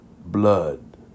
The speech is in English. blood